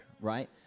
right